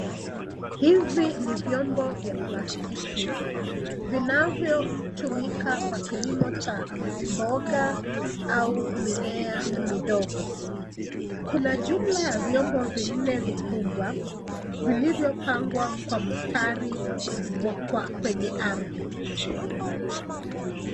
Hivi ni vyombo vya plastiki, vinavyotumika kwa kilimo cha mboga au mimea midogo. Kuna jumla ya vyombo vinne vikubwa vilivyopangwa kwa mstari kwenye ardhi.